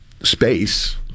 space